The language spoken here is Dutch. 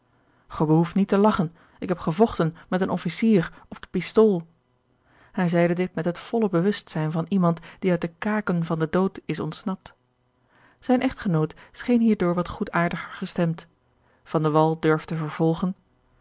ge behoeft niet te lagchen ik heb gevochten met een officier op de pistool hij zeide dit met het volle bewustzijn van iemand die uit de kaken van den dood is ontsnapt zijne echtgenoot scheen hierdoor wat goedaardiger gestemd van de wall durfde vervolgen